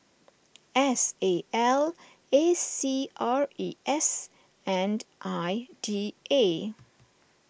S A L A C R E S and I D A